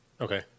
Okay